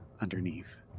underneath